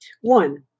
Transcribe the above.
One